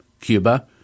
Cuba